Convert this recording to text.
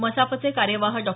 मसापचे कार्यवाह डॉ